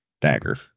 dagger